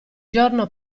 giorno